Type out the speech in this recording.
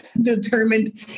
determined